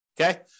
Okay